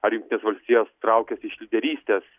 ar jungtinės valstijos traukiasi iš lyderystės